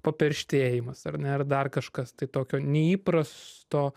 paperštėjimas ar ne ar dar kažkas tai tokio neįprasto